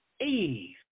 Eve